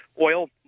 oil